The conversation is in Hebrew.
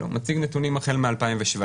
הוא מציג נתונים החל מ-2017.